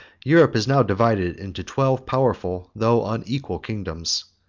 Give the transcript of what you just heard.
europe is now divided into twelve powerful, though unequal kingdoms,